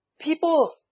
people